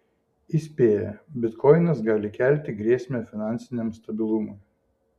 įspėja bitkoinas gali kelti grėsmę finansiniam stabilumui